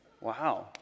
Wow